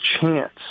chance